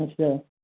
ਅੱਛਾ